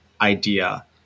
idea